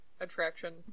attraction